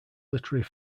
literary